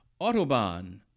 Autobahn